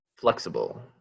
flexible